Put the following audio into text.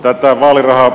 arvoisa puhemies